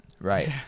Right